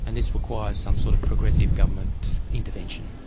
and this requires some sort of progressive government intervention.